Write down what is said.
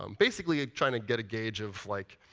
um basically trying to get a gauge of like,